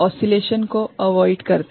तो यह ओस्सिलेशनको अवॉइड करता है